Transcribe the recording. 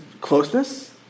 closeness